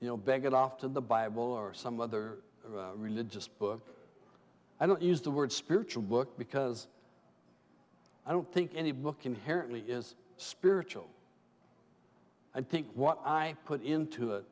it off to the bible or some other religious book i don't use the word spiritual book because i don't think any book inherently is spiritual i think what i put into it